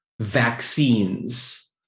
vaccines